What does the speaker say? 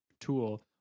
tool